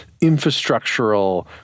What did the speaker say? infrastructural